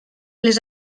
les